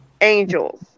angels